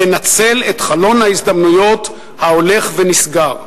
לנצל את חלון ההזדמנויות ההולך ונסגר?